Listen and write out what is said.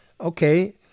Okay